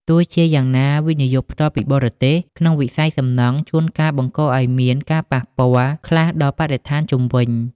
ទោះជាយ៉ាងណា វិនិយោគផ្ទាល់ពីបរទេស ក្នុងវិស័យសំណង់ជួនកាលបង្កឱ្យមានការប៉ះពាល់ខ្លះដល់បរិស្ថានជុំវិញ។